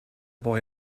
boy